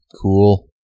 Cool